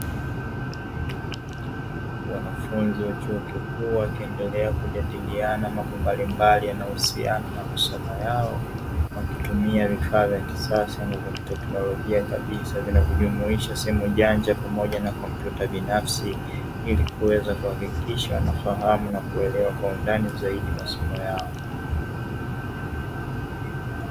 Wanafunzi wa chuo kikuu wakiendelea kujadiliana mambo mbalimbali yanayohusiana na masomo yao wakitumia vifaa vya kisasa na vya kiteknolojia kabisa vinavyojumuisha simu janja pamoja na kompyuta binafsi ili kuweza kuhakikisha wanafahamu na kuelewa kwa undani zaidi masomo yao.